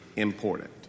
important